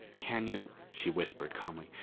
can you she whispered calmly,